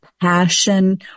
passion